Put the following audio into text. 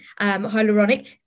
hyaluronic